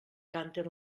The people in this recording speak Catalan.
canten